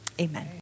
Amen